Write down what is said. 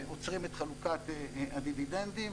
עוצרים את חלוקת הדיבידנדים,